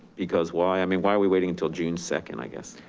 because why? i mean, why are we waiting until june second, i guess?